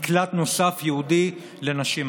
מקלט נוסף ייעודי לנשים.